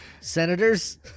senators